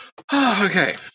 Okay